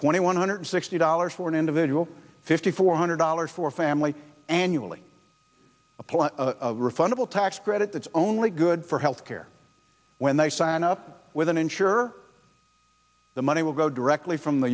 twenty one hundred sixty dollars for an individual fifty four hundred dollars for family annually refundable tax credit that's only good for health care when they sign up with an insurer the money will go directly from the